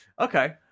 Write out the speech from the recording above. Okay